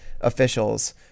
officials